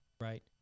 right